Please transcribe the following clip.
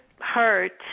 hurt